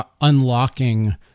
unlocking